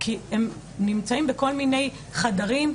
כי הן נמצאות בכל מיני חדרים,